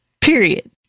period